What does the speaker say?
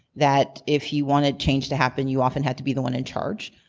that if you wanted change to happen you often had to be the one in charge.